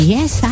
Yes